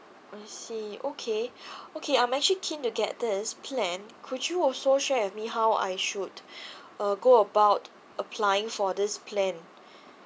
I see okay okay I'm actually keen to get this plan could you also share with me how I should uh go about applying for this plan